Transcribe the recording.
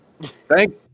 Thank